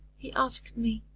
he asked me,